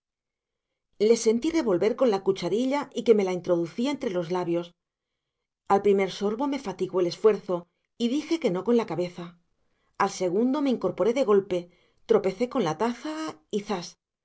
le sentí revolver con la cucharilla y que me la introducía entre los labios al primer sorbo me fatigó el esfuerzo y dije que no con la cabeza al segundo me incorporé de golpe tropecé con la taza y zas